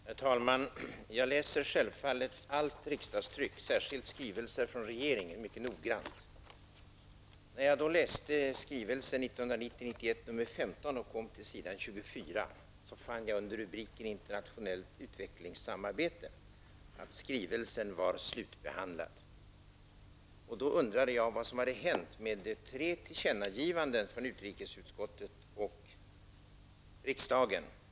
Herr talman! Jag läser självfallet allt riksdagstryck, särskilt skrivelser från regeringen, mycket noggrant. När jag läste skrivelse 1990/91:15 och kom till s. 24, fann jag under rubriken Internationellt utvecklingssamarbete att skrivelsen var slutbehandlad. Jag undrade då vad som hade hänt med de tre tillkännagivanden som utrikesutskottet hemställt om att riksdagen skulle göra.